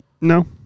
No